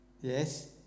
yes